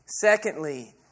Secondly